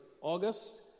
August